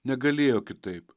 negalėjo kitaip